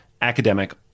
academic